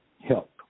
help